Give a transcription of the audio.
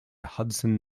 hudson